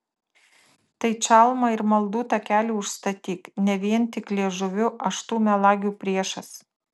tai čalmą ir maldų takelį užstatyk ne vien tik liežuviu aš tų melagių priešas